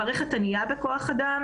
המערכת ענייה בכוח אדם.